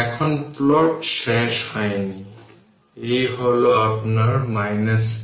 এখন মোট charge q Ceq v কারণ এটি Ceq এবং মোট চার্জ q হবে Ceq v v 300 ভোল্ট দেওয়া হয়েছে এবং এটি 10 মাইক্রোফ্যারাড